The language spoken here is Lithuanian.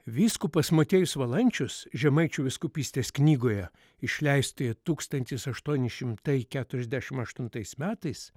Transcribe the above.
vyskupas motiejus valančius žemaičių vyskupystės knygoje išleistoje tūkstantis aštuoni šimtai keturiasdešim aštuntais metais